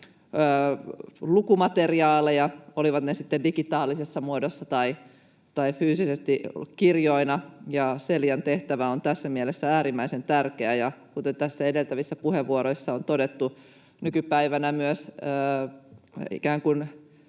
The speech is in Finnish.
lukumateriaaleja, olivat ne sitten digitaalisessa muodossa tai fyysisesti kirjoina, ja Celian tehtävä on tässä mielessä äärimmäisen tärkeä. Kuten tässä edeltävissä puheenvuoroissa on todettu, nykypäivänä myös